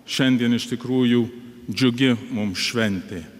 šiandien iš tikrųjų džiugi mums šventė